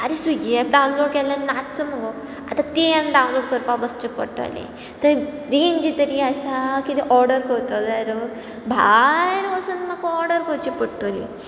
आरे Swiggy app download केल्ले नाच मुगो आतां तें आनी डावनलोड करपा बसचें पडटलें तें रेंज तरी आसा किदें ऑर्डर करतलो जाल्यार भायर वचून म्हाका ऑर्डर करची पडटली